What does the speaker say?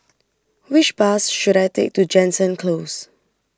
which bus should I take to Jansen Close